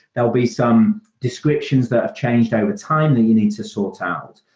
there'll be some descriptions that have changed overtime that you need to sort out.